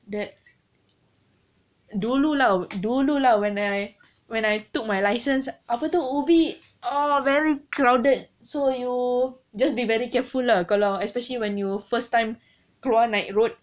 that dulu lah dulu lah when I when I took my license apa tu ubi ah very crowded so you just be very careful lah kalau especially when you first time keluar naik road